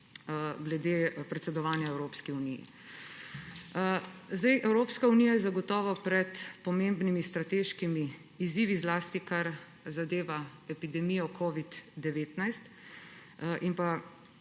glede predsedovanja Evropski uniji. Evropska unija je zagotovo pred pomembnimi strateškimi izzivi, zlasti kar zadeva epidemijo covida-19 in